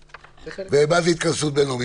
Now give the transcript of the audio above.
ומה זה התכנסות בין-לאומית.